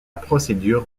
procédure